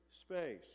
space